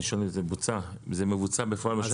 אני שואל אם זה בוצע, זה מבוצע בפועל?